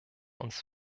uns